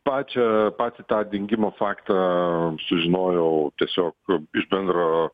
pačią pacita dingimo faktą sužinojau tiesiog iš bendro